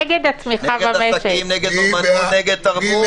עושים למעלה מ-4,000 תחקורים ביום,